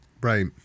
Right